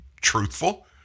truthful